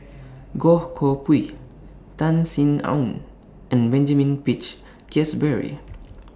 Goh Koh Pui Tan Sin Aun and Benjamin Peach Keasberry